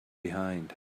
behind